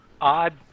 odd